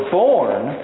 born